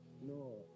no